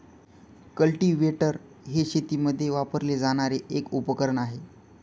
cultivator हे शेतीमध्ये वापरले जाणारे एक उपकरण आहे